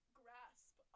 grasp